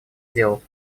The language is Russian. дел